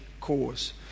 cause